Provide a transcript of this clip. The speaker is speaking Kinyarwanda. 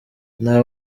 nta